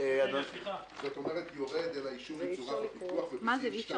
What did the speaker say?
אנחנו מחליפים את סעיף (ה)